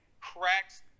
cracks